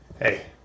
Hey